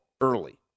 early